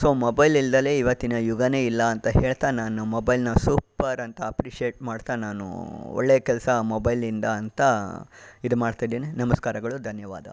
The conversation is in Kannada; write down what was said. ಸೊ ಮೊಬೈಲ್ ಇಲ್ಲದಲೆ ಇವತ್ತಿನ ಯುಗನೇ ಇಲ್ಲ ಅಂತ ಹೇಳುತ್ತಾ ನಾನು ಮೊಬೈಲನ್ನ ಸೂಪರ್ ಅಂತ ಅಪ್ರಿಷಿಯೇಟ್ ಮಾಡುತ್ತಾ ನಾನು ಒಳ್ಳೆ ಕೆಲಸ ಮೊಬೈಲಿಂದ ಅಂತ ಇದು ಮಾಡ್ತಾಯಿದ್ದೀನಿ ನಮಸ್ಕಾರಗಳು ಧನ್ಯವಾದ